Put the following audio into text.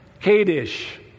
Kadesh